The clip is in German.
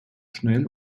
schnell